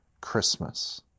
Christmas